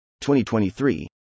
2023